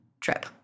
trip